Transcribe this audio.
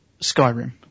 Skyrim